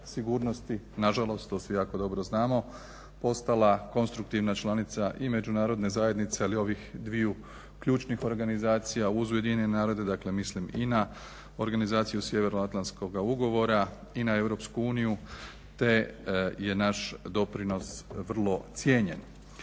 sigurnosti, nažalost to svi jako dobro znamo, postala konstruktivna članica i međunarodne zajednice ali i ovih dviju ključnih organizacija uz UN-a mislim i na Organizaciju Sjevernoatlantskoga ugovora i na EU te je naš doprinos vrlo cijenjen.